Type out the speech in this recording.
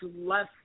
less